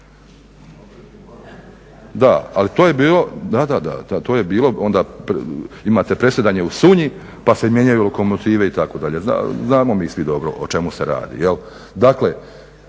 Da, ali to je bilo, da, da, da, to je bilo onda, imate predsjedanje u Sunji pa se mijenjaju lokomotive itd.., znamo mi svi dobro o čemu se radi. Dakle,